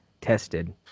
tested